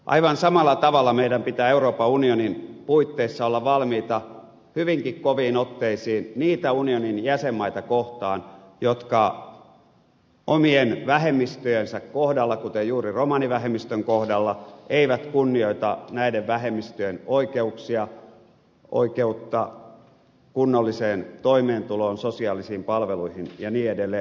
aivan samalla tavalla meidän pitää euroopan unionin puitteissa olla valmiita hyvinkin koviin otteisiin niitä unionin jäsenmaita kohtaan jotka omien vähemmistöjensä kohdalla kuten juuri romanivähemmistön kohdalla eivät kunnioita näiden vähemmistöjen oikeuksia oikeutta kunnolliseen toimeentuloon sosiaalisiin palveluihin ja niin edelleen